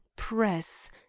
press